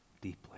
deeply